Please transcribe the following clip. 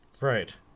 right